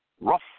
Rough